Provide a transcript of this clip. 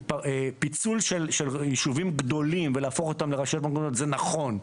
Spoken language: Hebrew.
פיצול של יישובים גדולים והפיכתם לרשויות מקומיות הוא נכון.